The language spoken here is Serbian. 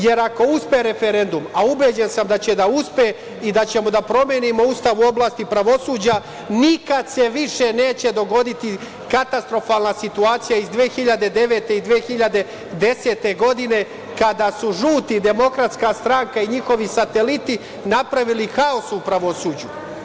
Jer, ako uspe referendum, a ubeđen sam da će da uspe i da ćemo da promenimo Ustav u oblasti pravosuđa, nikad se više neće dogoditi katastrofalna situacija iz 2009. i 2010. godine, kada su žuti, Demokratska stranka i njihovi sateliti napravili haos u pravosuđu.